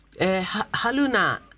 Haluna